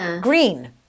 green